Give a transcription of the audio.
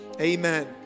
amen